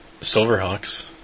Silverhawks